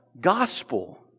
gospel